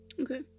Okay